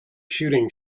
shooting